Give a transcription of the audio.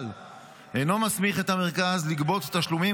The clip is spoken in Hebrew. אבל אינו מסמיך את המרכז לגבות תשלומים